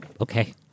okay